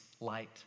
light